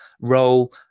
role